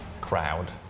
crowd